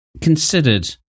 considered